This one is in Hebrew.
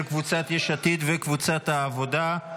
של קבוצת יש עתיד וקבוצת העבודה.